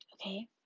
okay